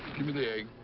give me the egg.